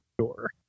sure